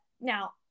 now